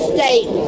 State